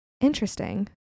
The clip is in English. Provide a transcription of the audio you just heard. Interesting